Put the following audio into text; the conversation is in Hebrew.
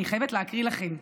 אני חייבת להקריא לכם.